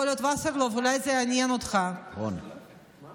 יכול להיות, וסרלאוף, אולי זה יעניין אותך, יצחק,